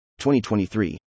2023